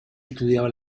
estudiaba